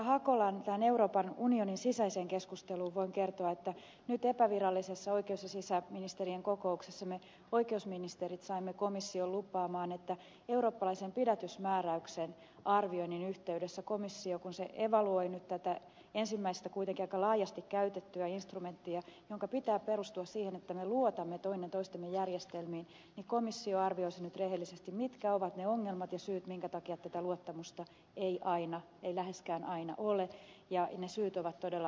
hakolalle tästä euroopan unionin sisäisestä keskustelusta voin kertoa että nyt epävirallisessa oikeus ja sisäministerien kokouksessa me oikeusministerit saimme komission lupaamaan että eurooppalaisen pidätysmääräyksen arvioinnin yhteydessä komissio kun se evaluoi nyt tätä ensimmäistä kuitenkin aika laajasti käytettyä instrumenttia jonka pitää perustua siihen että me luotamme toinen toistemme järjestelmiin arvioisi nyt rehellisesti mitkä ovat ne ongelmat ja syyt joiden takia tätä luottamusta ei läheskään aina ole ja ne syyt ovat todella vakavat